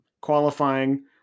qualifying